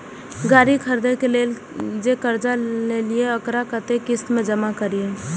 गाड़ी खरदे के लेल जे कर्जा लेलिए वकरा कतेक किस्त में जमा करिए?